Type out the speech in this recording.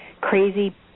crazy